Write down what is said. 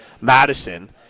Madison